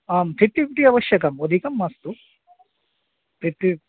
आं fifty fifty आवश्यकम् अधिकं मास्तु फ़िफ्टि फ़िप्ट्